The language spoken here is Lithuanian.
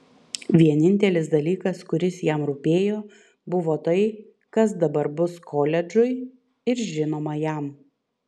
vienintelis dalykas kuris jam rūpėjo buvo tai kas dabar bus koledžui ir žinoma jam